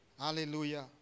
Hallelujah